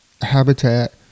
habitat